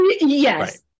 Yes